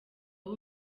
aho